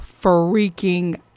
freaking